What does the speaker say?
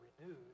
renewed